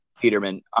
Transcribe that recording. Peterman